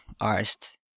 artist